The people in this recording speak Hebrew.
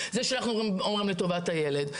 זה שאנחנו אומרים לטובת הילד.